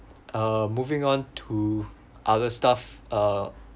um moving on to other stuff uh